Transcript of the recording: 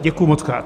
Děkuji mockrát.